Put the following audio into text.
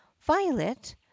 violet